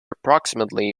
approximately